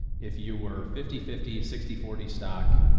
if you were fifty, fifty, sixty, forty stock.